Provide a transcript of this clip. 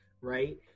Right